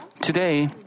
Today